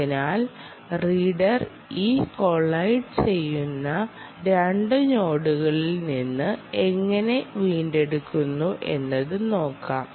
അതിനാൽ റീഡർ ഈ കൊളയ്ഡ് ചെയ്യുന്ന 2 നോഡുകളിൽ നിന്ന് എങ്ങനെ വീണ്ടെടുക്കന്നു എന്നത് നോക്കാം